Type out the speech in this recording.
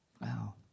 Wow